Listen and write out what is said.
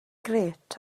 grêt